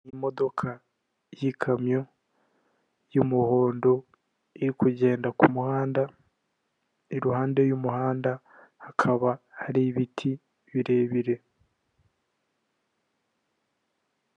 Imodoka y'ikamyo y'umuhondo iri kugenda ku muhanda iruhande rw'umuhanda hakaba hari ibiti birebire.